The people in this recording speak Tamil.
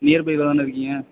நியர்பையில் தானே இருக்கீங்க